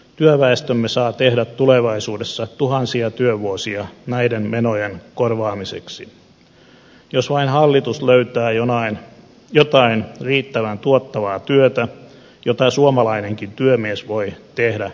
työväestömme saa tehdä tulevaisuudessa tuhansia työvuosia näiden menojen korvaamiseksi jos vain hallitus löytää jotain riittävän tuottavaa työtä jota suomalainenkin työmies voi tehdä tuottavasti